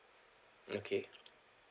okay